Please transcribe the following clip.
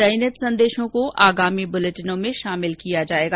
चयनित संदेशों को आगामी बुलेटिनों में शामिल किया जाएगा